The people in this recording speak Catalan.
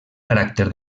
caràcter